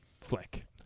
flick